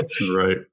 Right